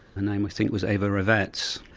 her name i think was ava revetz.